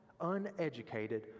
uneducated